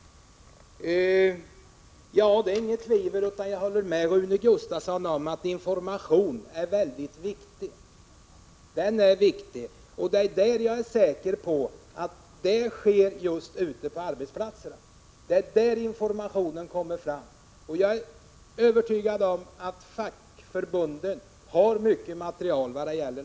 Det är inget tvivel om att jag håller med Rune Gustavsson om att det är viktigt med information. Men det är just ute på arbetsplatserna som informationen går fram. Jag är också övertygad om att fackförbunden har mycket informationsmaterial.